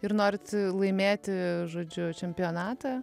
ir norit laimėti žodžiu čempionatą